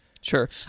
Sure